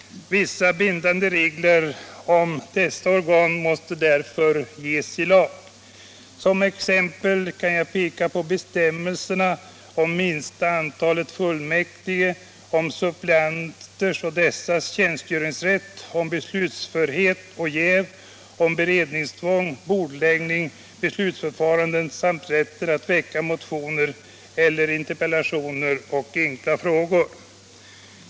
Vissa bindande regler om dessa organ måste därför ges i lag. Som exempel kan jag peka på bestämmelserria om minsta antalet fullmäktige, om suppleanter och deras tjänstgöringsrätt, om beslutsförhet och jäv, om beredningstvång, bordläggning och beslutsförfarandet samt om rätten att väcka motioner eller interpellationer och enkla frågor.